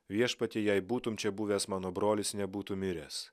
viešpatie jei būtumei čia buvęs mano brolis nebūtų miręs